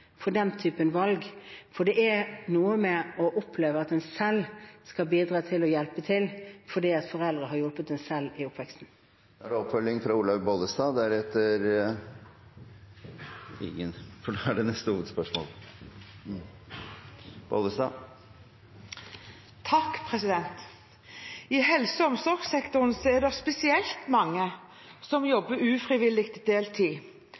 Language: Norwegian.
for den typen valg. Det er noe med å oppleve at en selv skal bidra til å hjelpe til, fordi foreldre har hjulpet en selv i oppveksten. Det blir oppfølgingsspørsmål – Olaug V. Bollestad. I helse- og omsorgssektoren er det spesielt mange som jobber ufrivillig deltid. Mange får kun tilbud om små og svært små stillingsstørrelser. Dette går spesielt